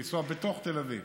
לנסוע בתוך תל אביב